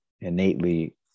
innately